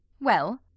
Well